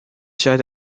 should